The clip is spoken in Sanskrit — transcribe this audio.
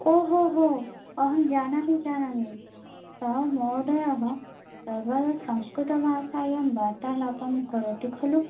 ओहोहो अहं जानामि जानामि सः महोदयः वा सर्वदा संस्कृतभाषायां वार्तालापं करोति खलु